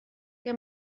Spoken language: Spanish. que